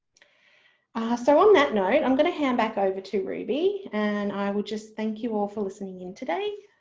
ah so on that note i'm going to hand back over to ruby and i will just thank you all for listening in today.